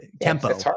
tempo